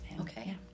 Okay